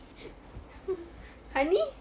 hani